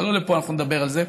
אבל לא פה אנחנו נדבר על זה.